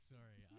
Sorry